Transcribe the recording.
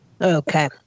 Okay